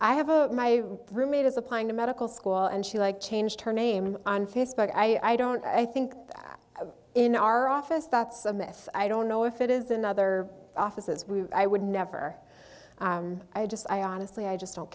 i have a my roommate is applying to medical school and she like changed her name on facebook i don't i think that in our office that's a myth i don't know if it is in other offices we would never i just i honestly i just don't